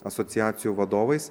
asociacijų vadovais